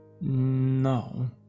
No